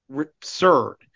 absurd